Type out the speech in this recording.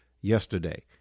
yesterday